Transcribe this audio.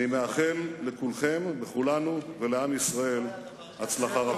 אני מאחל לכולכם, לכולנו ולעם ישראל הצלחה רבה.